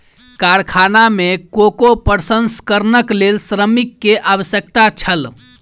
कारखाना में कोको प्रसंस्करणक लेल श्रमिक के आवश्यकता छल